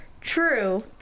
True